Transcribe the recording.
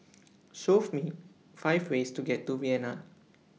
Show Me five ways to get to Vienna